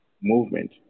movement